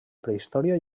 prehistòria